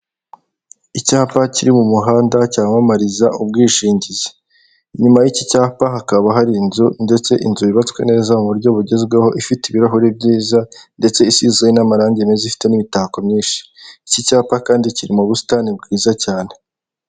Icyapa kiri mu muhanda cyamamariza ubwishingizi. Inyuma y’iki cyapa hakaba hari inzu ndetse inzu yubatswe neza mu buryo bugezweho, ifite ibirahuri byiza ndetse isizwe n’amarangi meza zifite n’imitako myinshi. Iki cyapa kandi kiri mu busitani bwiza cyane.